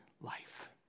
life